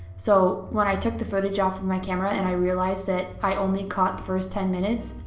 so when i took the footage off my camera and i realized that i only caught the first ten minutes,